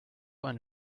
eine